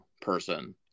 person